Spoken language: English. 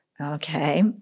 okay